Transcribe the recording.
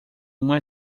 uma